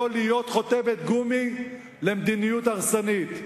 אופיר, ולא להיות חותמת גומי למדיניות הרסנית.